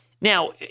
Now